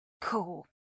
Cool